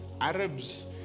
Arabs